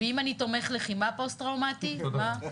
ואני אם תומך לחימה פוסט-טראומטי, מה?